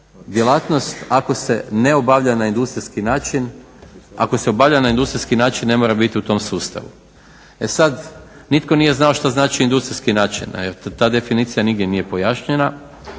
djelatnost ako se ne obavlja na industrijski način, ako se obavlja na industrijski način ne mora bit u tom sustavu. E sad nitko nije znao šta znači industrijski način, jer ta definicija nigdje nije pojašnjena